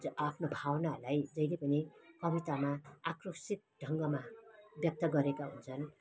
आफ्नो भावनाहरूलाई जहिले पनि कवितामा आक्रोशित ढङ्गमा ब्यक्त गरेका हुन्छन्